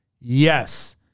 Yes